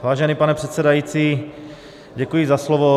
Vážený pane předsedající, děkuji za slovo.